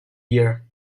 year